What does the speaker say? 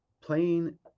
Playing